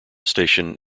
station